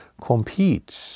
compete